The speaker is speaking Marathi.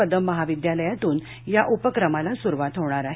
कदम महाविद्यालयातून या उपक्रमाला सुरुवात होणार आहे